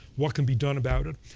what can be done about it?